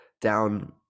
down